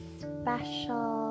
special